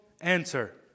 answer